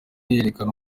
yerekana